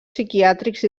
psiquiàtrics